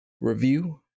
review